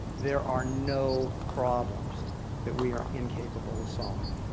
there are no problems that we are incapable of solving.